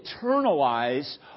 internalize